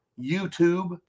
YouTube